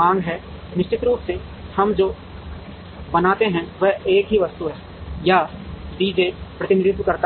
मांग है निश्चित रूप से हम जो बनाते हैं वह एक ही वस्तु है या डी जे प्रतिनिधित्व करता है